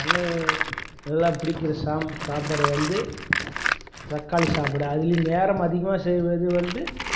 சமையல் நல்லா பிடிக்குற சாம் சாப்பாடு வந்து தக்காளி சாப்பாடு அதுலேயும் நேரம் அதிகமாக செய்வது வந்து